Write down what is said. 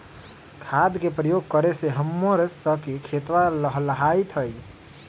खाद के प्रयोग करे से हम्मर स के खेतवा लहलाईत हई